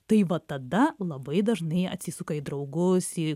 tai vat tada labai dažnai atsisuka į draugus į